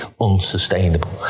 unsustainable